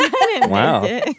Wow